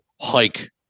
hike